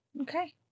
okay